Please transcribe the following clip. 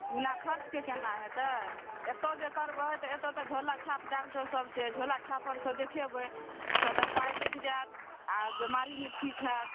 बिना खर्चके केना हेतै एतय जे करबै एतय तऽ झोला छाप डॉक्टरसभ छै झोला छाप आओरसँ देखेबै तऽ पाइ लागि जायत आ बीमारी नहि ठीक हैत